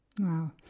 Wow